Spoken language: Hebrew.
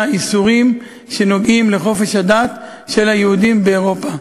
איסורים שנוגעים לחופש הדת של היהודים באירופה.